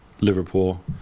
Liverpool